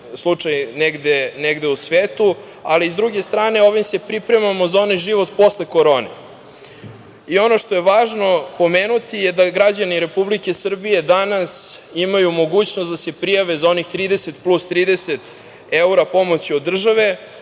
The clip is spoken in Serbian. slučaj negde u svetu, ali i sa druge strane ovim se pripremamo za onaj život posle korone. Ono što je važno pomenuti jeste da građani Republike Srbije danas imaju mogućnost da se prijave za onih 30 plus 30 evra pomoći od države.